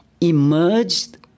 emerged